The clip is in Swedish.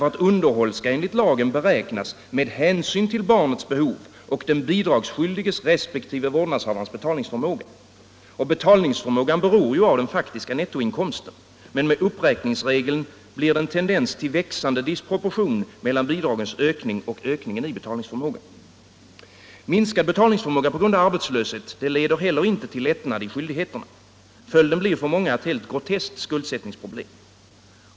Underhåll skall enligt lagen beräknas med hänsyn till barnets behov och den bidragsskyldiges resp. vårdnadshavarens betalningsförmåga, och denna för måga beror på den faktiska nettoinkomsten. Men med uppräkningsregeln blir det en tendens till växande disproportion mellan bidragens ökning och ökningen av betalningsförmågan. Minskad betalningsförmåga på grund av arbetslöshet leder inte heller till lättnad i skyldigheterna. Följden blir för många ett helt groteskt skuldsättningsproblem.